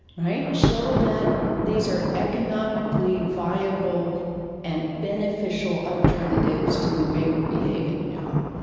show that these are economically viable and beneficial alternatives to the way we are behaving now.